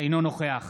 נגד